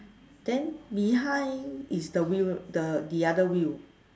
then behind is the wheel the the other wheel